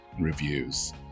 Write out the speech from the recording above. reviews